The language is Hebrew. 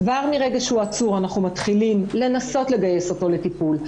כבר מרגע שהוא עצור אנחנו מתחילים לנסות לגייס אותו לטיפול,